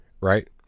right